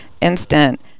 instant